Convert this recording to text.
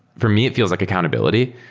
for me, it feels like accountability,